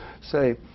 say